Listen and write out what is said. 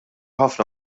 ħafna